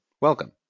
welcome